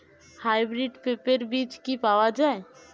Hybrid পেঁপের বীজ কি পাওয়া যায়?